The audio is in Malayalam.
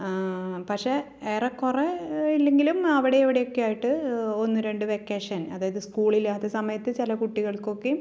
ആ പക്ഷെ ഏറെ കുറേ ഇല്ലെങ്കിലും അവിടെ ഇവിടെയൊക്കെയായിട്ട് ഒന്നു രണ്ട് വെക്കേഷൻ അതായത് സ്കൂളില്ലാത്ത സമയത്ത് ചില കുട്ടികൾക്കൊക്കെ